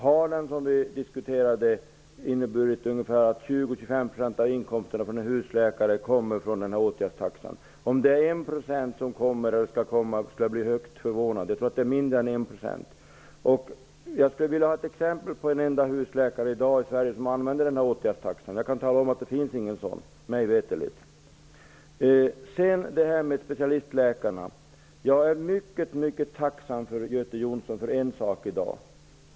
Har den inneburit, som vi diskuterade, att 20--25 % av inkomsterna för en husläkare kommer från åtgärdstaxan? Jag skulle bli förvånad om det var 1 %-- jag tror att det är mindre. Jag skulle vilja se ett exempel på en enda husläkare i Sverige som använder åtgärdstaxa i dag. Mig veterligt finns det ingen sådan. När det gäller specialistläkarna är jag mycket tacksam mot Göte Jonsson för en sak.